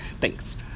Thanks